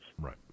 Right